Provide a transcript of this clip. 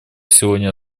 сегодня